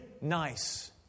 nice